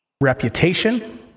reputation